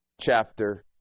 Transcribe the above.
chapter